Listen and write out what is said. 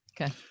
Okay